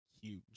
huge